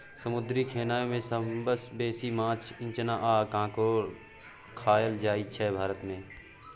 समुद्री खेनाए मे सबसँ बेसी माछ, इचना आ काँकोर खाएल जाइ छै भारत मे